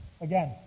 again